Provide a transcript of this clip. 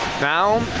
now